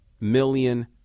million